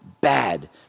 bad